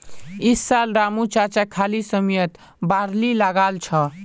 इस साल रामू चाचा खाली समयत बार्ली लगाल छ